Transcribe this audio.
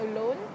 alone